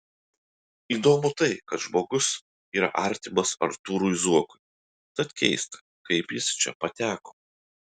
įdomu tai kad žmogus yra artimas artūrui zuokui tad keista kaip jis čia pateko